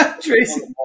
Tracy